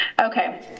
Okay